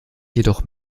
jedoch